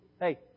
Hey